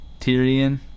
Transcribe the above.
Tyrion